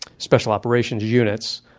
special operations units,